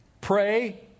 Pray